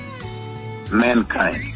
Mankind